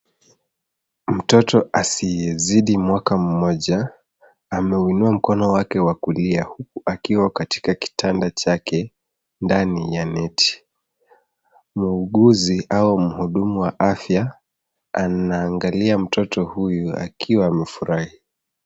Mtoto asiyezidi mwaka mmoja, ameuinua mkono wake wa kulia, huku akiwa katika kitanda chake ndani ya neti. Muuguzi au mhudumu wa afya anaangalia mtoto huyu akiwa amefurahi.